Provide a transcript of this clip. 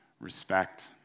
Respect